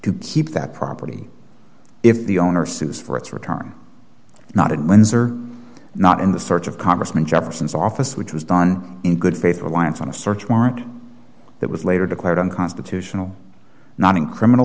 to keep that property if the owner says for its return not in windsor not in the search of congressman jefferson's office which was done in good faith reliance on a search warrant that was later declared unconstitutional not in criminal